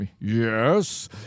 yes